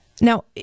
Now